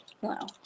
Wow